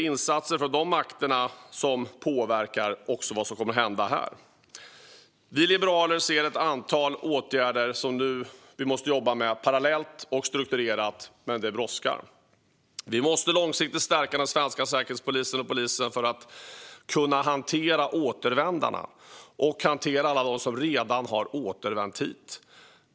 Insatser från de makterna påverkar också vad som kommer att hända här. Liberalerna ser ett antal åtgärder som vi måste jobba med parallellt och strukturerat. Men det brådskar. Vi måste långsiktigt stärka den svenska säkerhetspolisen och polisen för att kunna hantera återvändarna och alla dem som redan har återvänt hit.